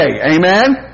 Amen